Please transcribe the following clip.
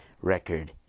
record